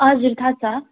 हजुर थाहा छ